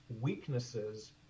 weaknesses